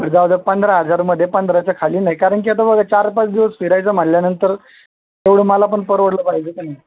जाऊ द्या पंधरा हजारामध्ये पंधराच्या खाली नाही कारण की आता बघा चार पाच दिवस फिरायचं म्हणल्यानंतर तेवढं मला पण परवडलं पाहिजे का नाही